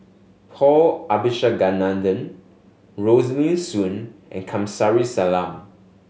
Paul Abisheganaden Rosaline Soon and Kamsari Salam